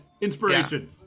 Inspiration